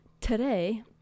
today